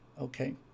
Okay